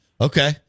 Okay